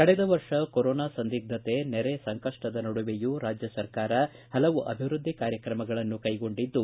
ಕಳೆದ ವರ್ಷ ಕೊರೋನಾ ಸಂದಿಗ್ದತೆ ನೆರೆ ಸಂಕಷ್ಷದ ನಡುವೆಯೂ ರಾಜ್ಯ ಸರ್ಕಾರ ಹಲವು ಅಭಿವೃದ್ದಿ ಕಾರ್ಯಗಳನ್ನು ಕೈಗೊಂಡಿದ್ದು